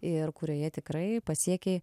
ir kurioje tikrai pasiekei